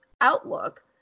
outlook